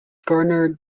garnered